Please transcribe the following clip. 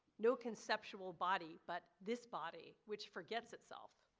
no conceptual body, but this body which forgets itself.